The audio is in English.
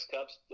Cups